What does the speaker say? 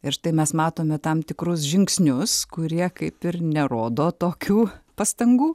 ir štai mes matome tam tikrus žingsnius kurie kaip ir nerodo tokių pastangų